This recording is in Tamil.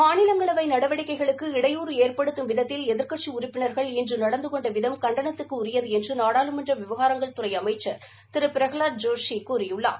மாநிலங்களவை நடவடிக்கைகளுக்கு இடையூறு ஏற்படுத்தும் விதத்தில் எதிர்க்கட்சி உறுப்பினர்கள் இன்று நடந்து கொண்ட விதம் கண்டனத்துக்குரியது என்று நாடாளுமன்ற விவகாரங்கள் துறை அமைச்சள் திரு பிரகலாத் ஜோஷி கூறியுள்ளார்